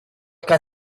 que